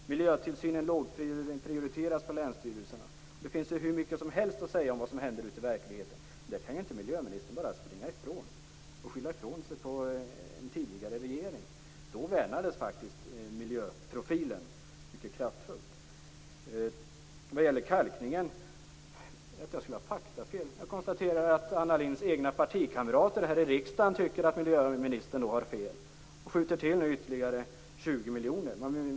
Miljötillsynen lågprioriteras på länsstyrelserna." Det finns hur mycket som helst att säga om vad som händer ute i verkligheten. Det kan inte miljöministern bara springa ifrån och skylla ifrån sig på en tidigare regering. Då värnades faktiskt miljöprofilen mycket kraftfullt. Vad gäller kalkningen skulle jag ha faktafel. Jag konstaterar att Anna Lindhs egna partikamrater här i riksdagen tycker att miljöministern har fel och skjuter till ytterligare 20 miljoner.